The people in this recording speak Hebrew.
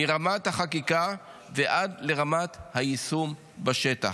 מרמת החקיקה ועד לרמת היישום בשטח.